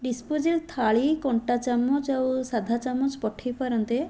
disposal ଥାଳି କଣ୍ଟା ଚାମଚ ଆଉ ସାଧା ଚାମଚ ପଠେଇ ପାରନ୍ତେ